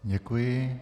Děkuji.